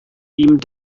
ihm